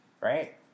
right